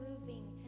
moving